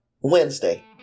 Wednesday